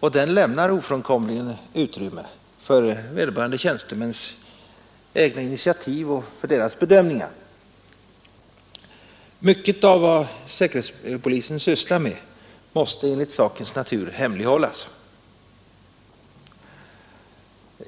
och den lämnar ofrånkomligen utrymme för vederbörande tjänstemäns egna initiativ och för deras bedömningar. Mycket av vad säkerhetspolisen sysslar med måste enligt sakens natur hemlighållas.